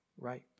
right